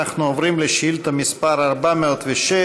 אנחנו עוברים לשאילתה מס' 406,